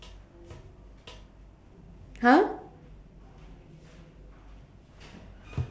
!huh!